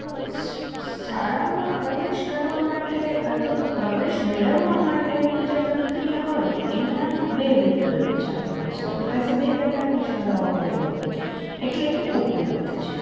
શાળામાં પ્રવેશ કરવા માટે અથવા તો પ્રવેશ મેળવવા માટેની જે પ્રક્રિયા હોય એના બે વિકલ્પ છે આપણી પાસે આપણી પાસે બે પ્રકારની શાળાઓ અવેલેબલ છે એટલે કે ઉપલબ્ધ છે